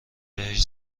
بهش